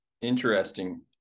Interesting